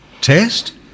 test